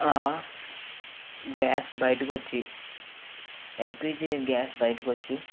ఆ గ్యాస్ బయటకొచ్చి LPG gas బయటకొచ్చి